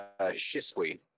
Shisui